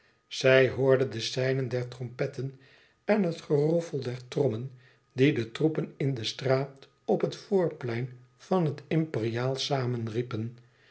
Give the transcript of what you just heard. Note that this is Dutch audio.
zij hoorde de seinen der trompetten en het geroffel der trommen die de troepen in de straat op het voorplein van het imperiaal